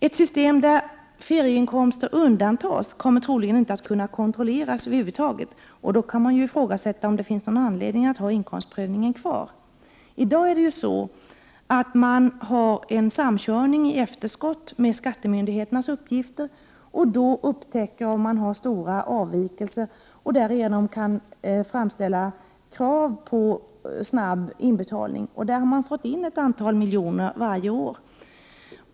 Ett system där ferieinkomster undantas kommer troligen inte att kunna kontrolleras över huvud taget. Då kan man ifrågasätta om det finns någon anledning att ha inkomstprövningen kvar. I dag har man en samkörning i efterskott med skattemyndigheternas uppgifter, och då kan man upptäcka eventuella stora avvikelser. Därigenom kan krav ställas på snabb inbetalning. Man har på det sättet fått in ett antal miljoner varje år.